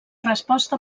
resposta